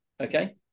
Okay